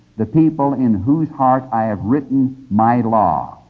the people in whose heart i have written my law.